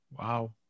Wow